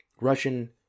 Russian